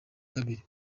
kabiri